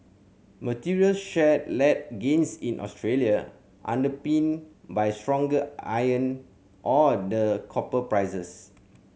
materials share led gains in Australia underpinned by stronger iron ore and copper prices